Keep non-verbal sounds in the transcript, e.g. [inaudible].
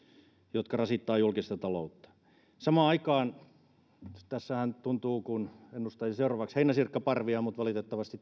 jotka rasittavat julkista taloutta samaan aikaan siis tässähän tuntuu kuin ennustaisi seuraavaksi heinäsirkkaparvia mutta valitettavasti [unintelligible]